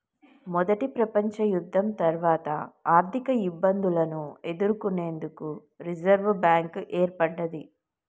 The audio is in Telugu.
మొదటి ప్రపంచయుద్ధం తర్వాత ఆర్థికఇబ్బందులను ఎదుర్కొనేందుకు రిజర్వ్ బ్యాంక్ ఏర్పడ్డది